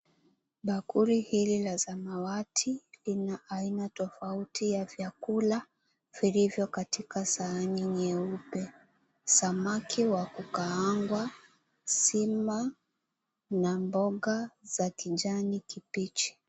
Bakuli hili la samawati lina aina tofauti ya vyakula vilivyo katika sahani nyeupe, samaki wa kukaangwa, sima na mboga za kijani kibichi.